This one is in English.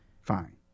Fine